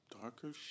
Darker